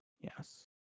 Yes